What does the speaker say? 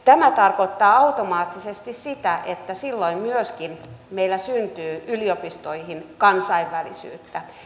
tämä tarkoittaa automaattisesti sitä että silloin myöskin meillä syntyy yliopistoihin kansainvälisyyttä